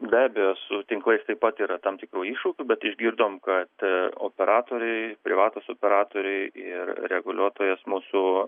be abejo su tinklais taip pat yra tam tikrų iššūkių bet išgirdome kad operatoriai privatūs operatoriai ir reguliuotojas mūsų